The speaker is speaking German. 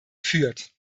führt